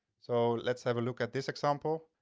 so let's have a look at this example.